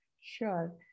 Sure